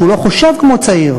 שהוא לא חושב כמו צעיר.